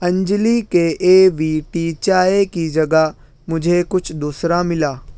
انجلی کے A V T چائے کی جگہ مجھے کچھ دوسرا ملا